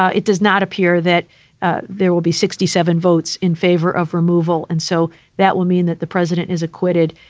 it does not appear that ah there will be sixty seven votes in favor of removal. and so that would mean that the president is acquitted.